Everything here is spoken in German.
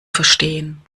verstehen